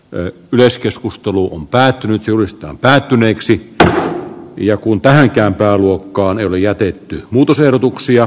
ne yleiskeskustelu on päättynyt julistaa päättyneeksi c ja kun tähän ikään pääluokkaan pääluokan käsittely keskeytetään